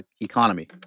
economy